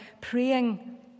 praying